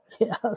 Yes